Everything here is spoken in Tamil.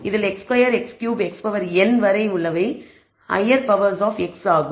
இதில் x2 x3 xn வரை உள்ளவை ஹையர் பவர்ஸ் ஆப் x ஆகும்